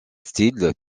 style